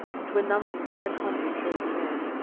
which were numbered seven hundred chosen men.